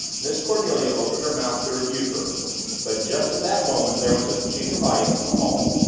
miss cornelia opened her mouth to rebuke her but just at that moment there, was a clink of ice from the hall,